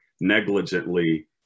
negligently